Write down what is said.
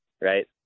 right